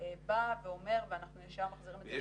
בא ואומר, ואנחנו ישר מחזירים את